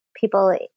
people